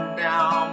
down